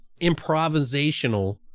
improvisational